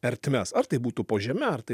ertmes ar tai būtų po žeme ar tai